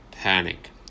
panic